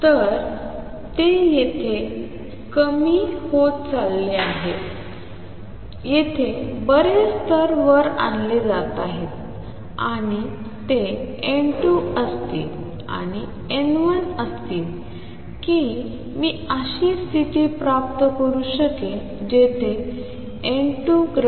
तर ते येथे कमी होत चालले आहेत येथे बरेच स्तर वर आणले जात आहेत आणि ते n2 असतील आणि n1 असे असतील की मी अशी स्थिती प्राप्त करू शकेन जिथे n2 n1